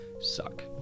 suck